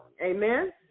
Amen